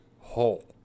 hole